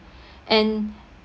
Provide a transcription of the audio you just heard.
and